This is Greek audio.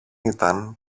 ήταν